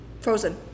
Frozen